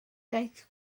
daeth